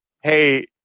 hey